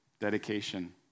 Dedication